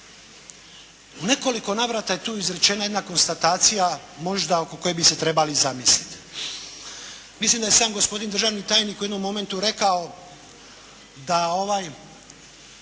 U nekoliko navrata je tu izrečena jedna konstatacija možda oko koje bi se trebali zamisliti. Mislim da je sam gospodin državni tajnik u jednom momentu rekao da ovaj